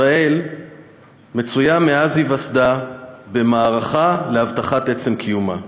ישראל מצויה מאז היווסדה במערכה להבטחת עצם קיומה.